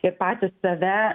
ir patys save